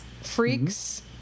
Freaks